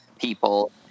people –